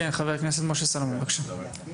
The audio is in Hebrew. חבר הכנסת משה סולומון, בבקשה.